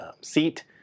Seat